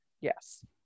yes